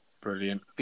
brilliant